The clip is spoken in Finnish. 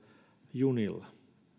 junilla